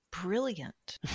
Brilliant